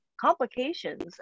complications